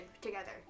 together